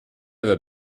ever